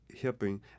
helping